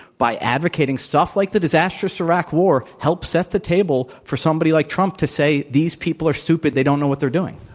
by advocating stuff like the disastrous iraq war, helped set the table for somebody like trump to say, these people are stupid. they don't know what they're doing.